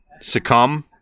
succumb